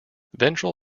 ventral